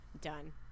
Done